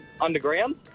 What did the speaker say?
underground